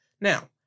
Now